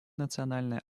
национальная